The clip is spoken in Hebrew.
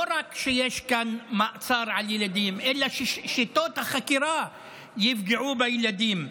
לא רק שיש כאן מעצר של ילדים אלא ששיטות החקירה יפגעו בילדים.